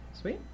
sweet